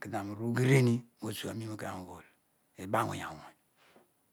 kedio ani uru ghrem mozuaniini obho ka miughool ebaawony awony